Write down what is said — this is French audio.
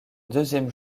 deuxième